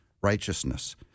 righteousness